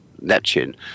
Neptune